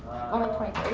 only twenty